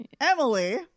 Emily